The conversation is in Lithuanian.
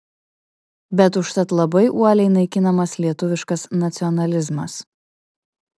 bet užtat labai uoliai naikinamas lietuviškas nacionalizmas